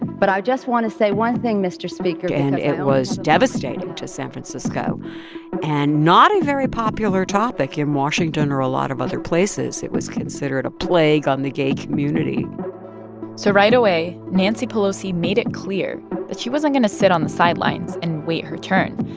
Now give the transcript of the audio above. but i just want to say one thing, mr. speaker. and it was devastating to san francisco and not a very popular topic in washington or a lot of other places. it was considered a plague on the gay community so right away, nancy pelosi made it clear that she wasn't going to sit on the sidelines and wait her turn.